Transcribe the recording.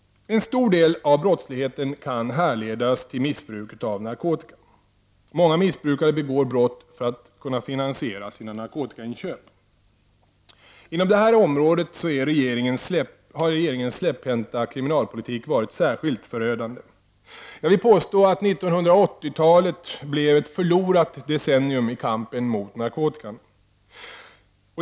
En stor del av brottsligheten kan härledas till missbruk av narkotika. Många missbrukare begår brott för att kunna finansiera sina narkotikainköp. Inom det här området har regeringens släpphänta kriminalpolitik varit särskilt förödande. Jag vill påstå att 80-talet blev ett förlorat decennium i kampen mot narkotikan.